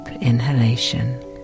inhalation